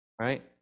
right